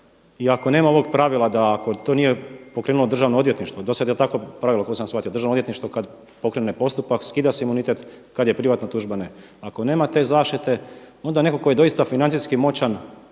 i ako nema ovog pravila da ako to nije pokrenulo Državno odvjetništvo, do sad je takvo pravilo koliko sam shvatio Državno odvjetništvo kad pokrene postupak skida se imunitet, kad je privatna tužba ne. Ako nema te zaštite onda netko tko je doista financijski moćan